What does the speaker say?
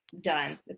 done